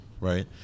right